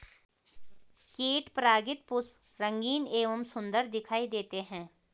कीट परागित पुष्प रंगीन एवं सुन्दर दिखाई देते हैं